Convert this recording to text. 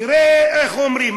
תראה, איך אומרים?